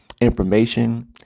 information